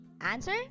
Answer